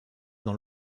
dans